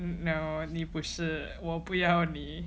no 你不是我不要你